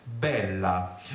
bella